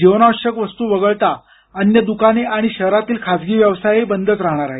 जीवनावश्यक वस्तू वगळता अन्य दुकाने आणि शहरातील खासगी व्यवसाय मात्र बंदच राहणार आहेत